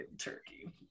turkey